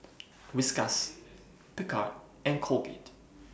Whiskas Picard and Colgate